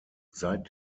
seit